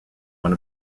one